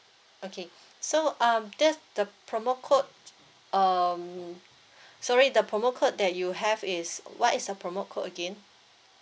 okay so um that's the promo code um sorry the promo code that you have is what is your promo code again